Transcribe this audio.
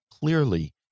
Clearly